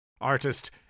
Artist